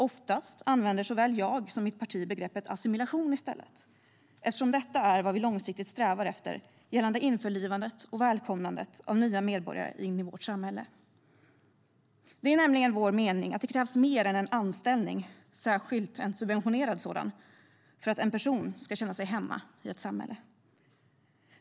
Oftast använder såväl jag som mitt parti begreppet assimilation i stället, eftersom detta är vad vi långsiktigt strävar efter gällande införlivandet och välkomnandet av nya medborgare i vårt samhälle. Det är nämligen vår mening att det krävs mer än en anställning, särskilt en subventionerad sådan, för att en person ska känna sig hemma i ett samhälle.